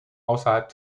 außerhalb